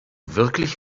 wirklich